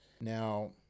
Now